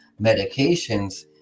medications